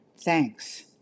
Thanks